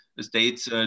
states